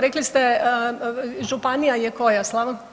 Rekli ste županija je koja?